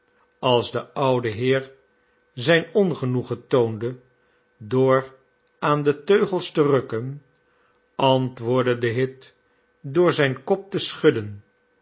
als de oude heer zijn ongenoegen toonde door aan de teugels te rukken antwoordde de hit door zijn kopteschudden